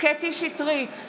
קטי קטרין שטרית,